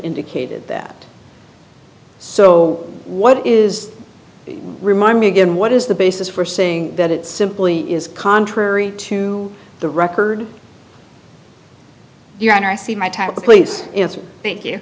indicated that so what is remind me again what is the basis for saying that it simply is contrary to the record your honor i see my title please answer thank you